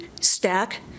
stack